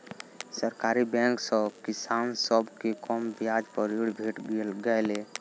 सरकारी बैंक सॅ किसान सभ के कम ब्याज पर ऋण भेट गेलै